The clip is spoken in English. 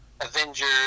Avengers